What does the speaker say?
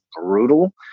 brutal